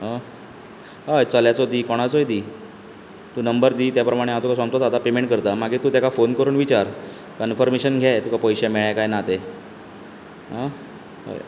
आं हय चल्याचो दी कोणाचोय दी तूं नंबर दी त्या प्रमाण हांव सोमतोच तुका पेमेंट करता मागीर तूं तेका फोन करून विचार कन्फर्मेशन घे तुका पयशे मेळ्ळे काय ना ते हां हय